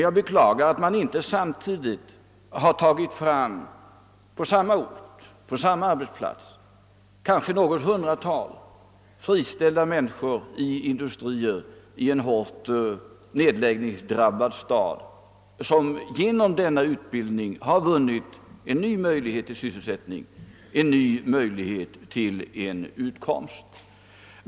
Jag beklagar bara att man inte samtidigt noterat att kanske ett hundratal friställda människor vid en industri i en hårt nedläggningsdrabbad stad tack vare utbildningsverksamheten har erhållit nya möjligheter till sysselsättning och utkomst.